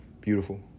beautiful